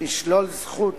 לשלול זכות